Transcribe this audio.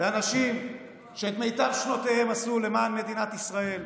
לאנשים שאת מיטב שנותיהם עשו למען מדינת ישראל,